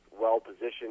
well-positioned